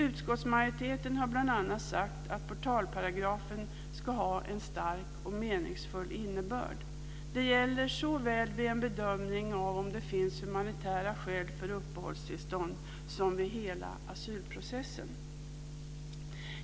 Utskottsmajoriteten har bl.a. sagt att portalparagrafen ska ha en stark och meningsfull innebörd. Det gäller såväl vid en bedömning av om det finns humanitära skäl för uppehållstillstånd som vid hela asylprocessen.